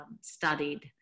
studied